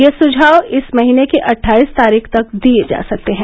यह सुझाव इस महीने की अट्ठाईस तारीख तक दिये जा सकते हैं